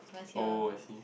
oh I see